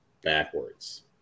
backwards